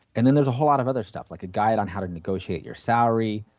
and then there is a whole lot of other stuff like a guide on how to negotiate your salary,